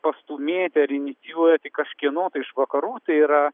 pastūmėti ar inicijuoti kažkieno tai iš vakarų tai yra